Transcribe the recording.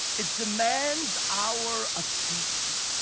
it demands our attention.